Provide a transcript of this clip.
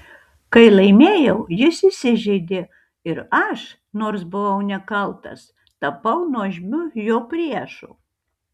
kai laimėjau jis įsižeidė ir aš nors buvau nekaltas tapau nuožmiu jo priešu